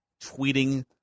tweeting